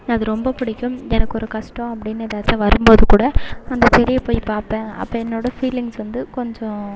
அது ரொம்ப பிடிக்கும் எனக்கு ஒரு கஷ்டம் அப்படின்னு எதாச்சு வரும்போது கூட அந்த செடியை போய் பார்ப்பேன் அப்போ என்னோட ஃபீலிங்ஸ் வந்து கொஞ்சம்